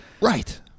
Right